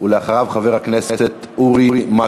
חבר הכנסת אראל מרגלית,